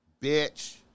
Bitch